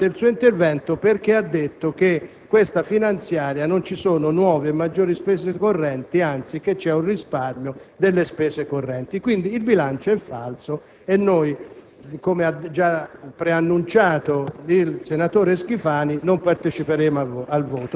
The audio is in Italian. di esprimere un voto, sostenendo che in questo bilancio ci sono implicazioni di falsità e nonostante questo, per carità, il Senato lo ha approvato; quindi, legittimamente rispettiamo il voto sulla legge finanziaria.